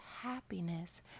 happiness